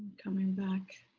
coming back.